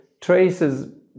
traces